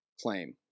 claim